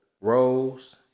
rose